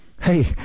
Hey